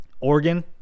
Oregon